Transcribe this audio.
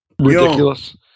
ridiculous